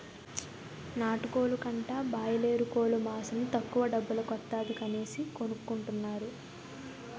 నాటుకోలు కంటా బాయలేరుకోలు మాసం తక్కువ డబ్బుల కొత్తాది అనేసి కొనుకుంటారు